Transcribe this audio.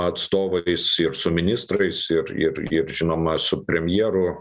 atstovais ir su ministrais ir ir ir žinoma su premjeru